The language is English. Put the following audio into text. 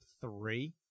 three